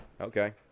Okay